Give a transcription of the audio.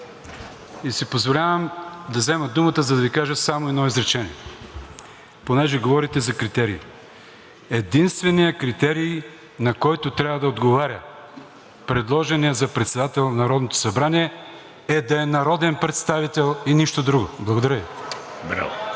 Позволявам си да взема думата, за да Ви кажа само едно изречение, понеже говорите за критерии: единственият критерий, на който трябва да отговаря предложеният за председател на Народното събрание, е да е народен представител и нищо друго. Благодаря Ви. ВРЕМЕНЕН